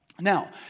Now